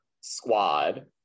squad